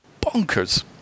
bonkers